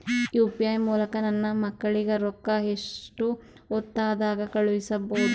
UPI ಮೂಲಕ ನನ್ನ ಮಕ್ಕಳಿಗ ರೊಕ್ಕ ಎಷ್ಟ ಹೊತ್ತದಾಗ ಕಳಸಬಹುದು?